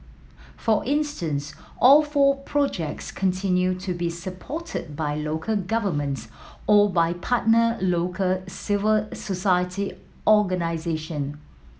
for instance all four projects continue to be supported by local governments or by partner local civil society organisation